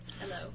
Hello